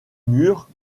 mur